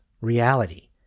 reality